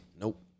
Nope